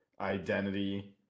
Identity